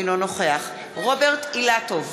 אינו נוכח רוברט אילטוב,